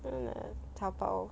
um Taobao